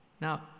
Now